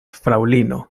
fraŭlino